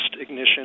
ignition